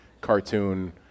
cartoon